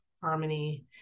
harmony